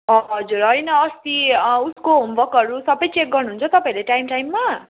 हजुर होइन अस्ति उसको होमवर्कहरू सबै चेक गर्नुहुन्छ तपाईँहरूले टाइम टाइममा